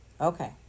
Okay